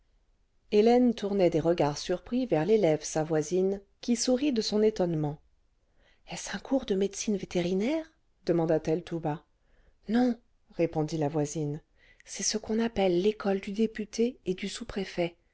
hélène tournait des regards surpris vers l'élève sa voisine qui sourit de son étonnement ce est-ce un cours de médecine vétérinaire demanda-t-elle tout bas non répondit la voisine c'est ce qu'on appelle l'école du député et du sous-préfet